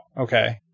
okay